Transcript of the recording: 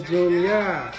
Junior